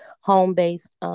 home-based